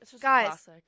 guys